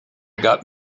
got